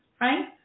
Right